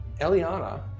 Eliana